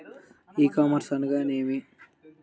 ఈ కామర్స్ అనగా నేమి?